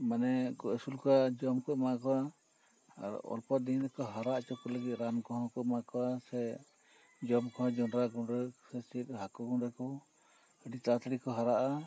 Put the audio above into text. ᱢᱟᱱᱮ ᱠᱚ ᱟᱹᱥᱩᱞᱮᱫ ᱠᱚᱣᱟ ᱚᱞᱯᱚ ᱫᱤᱱ ᱨᱮᱠᱚ ᱦᱟᱨᱟ ᱚᱪᱚ ᱠᱚ ᱞᱟᱹᱜᱤᱫ ᱨᱟᱱ ᱠᱚᱦᱚᱸ ᱠᱚ ᱮᱢᱟ ᱠᱚᱣᱟ ᱥᱮ ᱡᱚᱢ ᱠᱚᱦᱚᱸ ᱡᱚᱱᱰᱨᱟ ᱜᱩᱰᱟᱹ ᱦᱟᱹᱠᱩ ᱜᱩᱰᱟᱹ ᱠᱚ ᱟᱹᱰᱤ ᱛᱟᱲᱟ ᱛᱟᱹᱲᱤ ᱠᱚ ᱦᱟᱨᱟᱜᱼᱟ